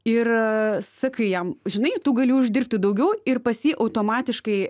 ir sakai jam žinai tu gali uždirbti daugiau ir pas jį automatiškai